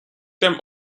them